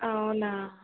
అవునా